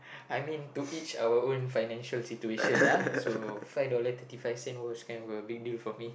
I mean to each our own financial situation ah so five dollars thirty five cents was kind of a big deal for me